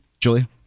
Julia